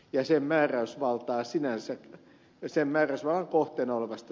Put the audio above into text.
ja sen määräysvaltaa olevasta ja sen määräysvallan kohteena olevasta